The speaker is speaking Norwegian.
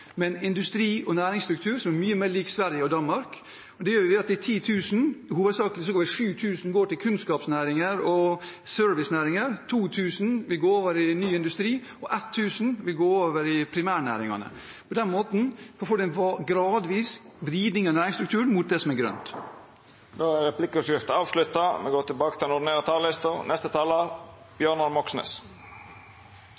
en industri og næringsstruktur som er mye mer lik Sverige og Danmark. Av de 10 000 vil 7 000 hovedsakelig gå til kunnskapsnæringer og servicenæringer, 2 000 vil gå over i ny industri, og 1 000 vil gå over i primærnæringene. På den måten får man en gradvis vridning av næringsstrukturen mot det som er grønt. Replikkordskiftet er avslutta.